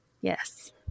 yes